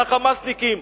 על ה"חמאסניקים",